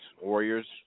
Warriors